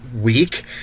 week